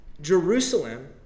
Jerusalem